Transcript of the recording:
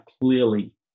clearly